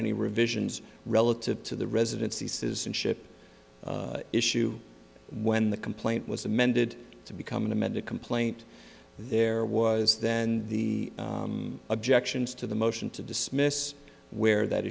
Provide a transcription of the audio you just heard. any revisions relative to the residency citizenship issue when the complaint was amended to become an amended complaint there was then the objections to the motion to dismiss where that